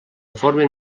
formen